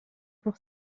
pour